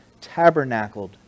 tabernacled